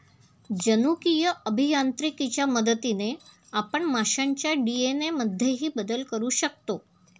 जनुकीय अभियांत्रिकीच्या मदतीने आपण माशांच्या डी.एन.ए मध्येही बदल करू शकतो